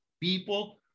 people